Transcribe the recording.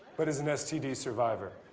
but as an std survivor.